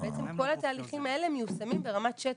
בעצם כל התהליכים האלה מיושמים ברמת שטח,